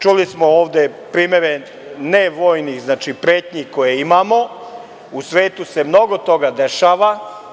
Čuli smo ovde primere, ne vojnih pretnji koje imamo, jer u svetu se mnogo toga dešava.